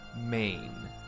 Maine